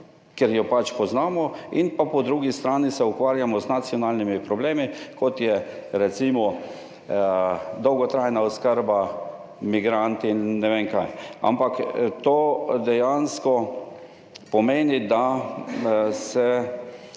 ker jo pač poznamo in pa po drugi strani se ukvarjamo z nacionalnimi problemi, kot je recimo dolgotrajna oskrba, migranti in ne vem kaj. Ampak to dejansko **86. TRAK: